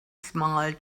smiled